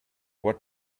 what